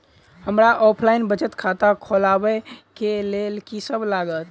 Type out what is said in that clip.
हमरा ऑफलाइन बचत खाता खोलाबै केँ लेल की सब लागत?